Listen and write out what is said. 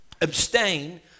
abstain